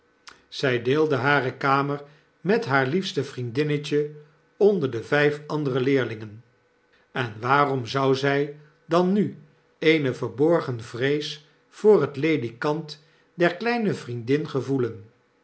zij deelde hare kamer met haar liefste vriendinnetje onder de vrjf andere leerlingen en waarom zou zy dan nu eene verborgen vrees voor het ledikant der kleine vriendin gevoelen